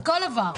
הכל עבר.